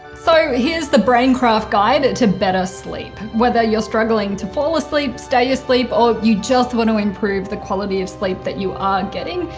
so here's the braincraft guide to better sleep. whether you're struggling to fall asleep, stay asleep or you just want to improve the quality of sleep that you are getting,